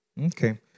Okay